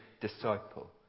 disciple